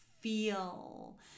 feel